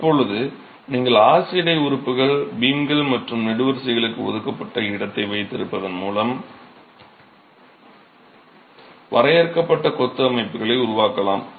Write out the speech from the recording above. இப்போது நீங்கள் RC tie உறுப்புகள் பீம்கள் மற்றும் நெடுவரிசைகளுக்கு ஒதுக்கப்பட்ட இடத்தை வைத்திருப்பதன் மூலம் வரையறுக்கப்பட்ட கொத்து அமைப்புகளை உருவாக்கலாம்